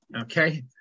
Okay